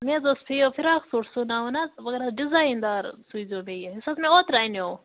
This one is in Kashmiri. مےٚ حظ اوس فِیو فِراک سوٗٹ سُوٕناوُن اکھ مگر حظ ڈِزایِن دار سُووِزیٚو بیٚیہِ یہِ یُس حظ مےٚ اوترٕ اَنٮ۪و